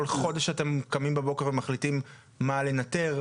כל חודש אתם קמים בבוקר ומחליטים מה לנטר?